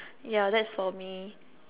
ya that's for me